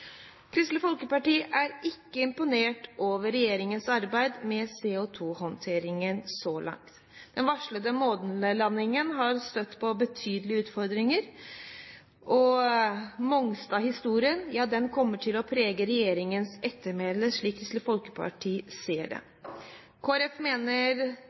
Kristelig Folkeparti er ikke imponert over regjeringens arbeid med CO2-håndteringen så langt. Den varslede månelandingen har støtt på betydelige utfordringer. Mongstad-historien kommer til å prege regjeringens ettermæle, slik Kristelig Folkeparti ser det. Kristelig Folkeparti mener